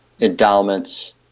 endowments